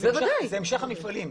זה המשך המפעלים.